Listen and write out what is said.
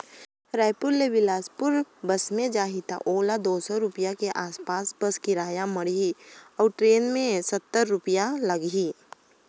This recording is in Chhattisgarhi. रायपुर ले बेलासपुर बस मे जाही त ओला दू सौ रूपिया के आस पास बस किराया माढ़ही अऊ टरेन मे सत्तर रूपिया लागही